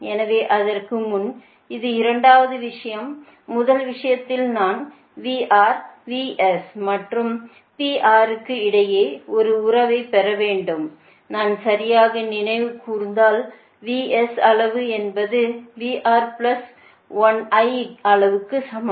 எனவே அதற்கு முன் இது இரண்டாவது விஷயம் முதல் விஷயத்தில் நான் VRVS மற்றும் PRக்கு இடையே ஒரு உறவைப் பெற வேண்டும் நான் சரியாக நினைவுகூர்ந்தால் VSஅளவு என்பது VR பிளஸு I அளவுக்கு சமம்